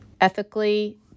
ethically